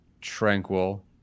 Tranquil